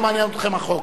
לא מעניין אתכם החוק.